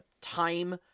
time